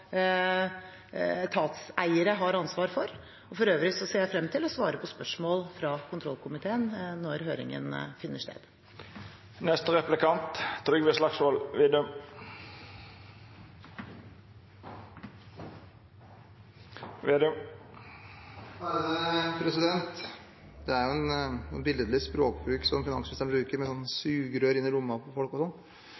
etatseiere har ansvar for. For øvrig ser jeg frem til å svare på spørsmål fra kontrollkomiteen når høringen finner sted. Det er en billedlig språkbruk som finansministeren bruker, som «sugerør inn i lomma til folk» og sånn.